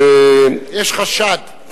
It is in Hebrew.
שיש חשד.